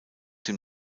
dem